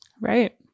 Right